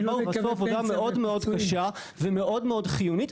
הם באו לעבודה מאוד מאוד קשה ומאוד מאוד חיונית.